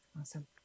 Awesome